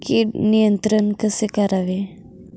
कीड नियंत्रण कसे करावे?